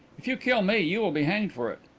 if you kill me you will be hanged for it.